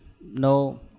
no